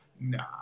Nah